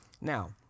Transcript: Now